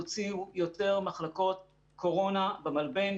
תוציאו יותר מחלקות קורונה במלבן.